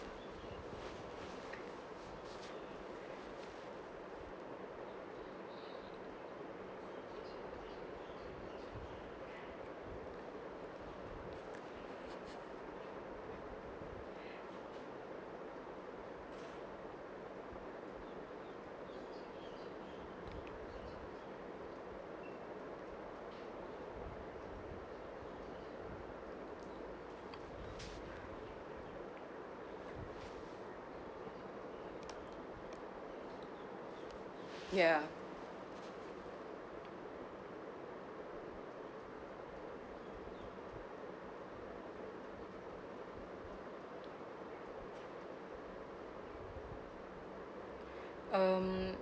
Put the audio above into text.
ya um